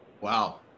Wow